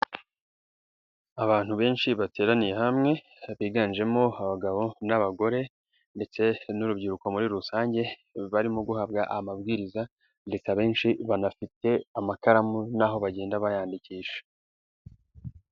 Abantu benshi bateraniye hamwe biganjemo abagabo n'abagore, ndetse n'urubyiruko muri rusange barimo guhabwa amabwiriza, ndetse abenshi banafite amakaramu naho bagenda bayandikisha.